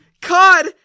God